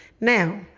Now